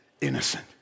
innocent